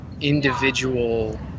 individual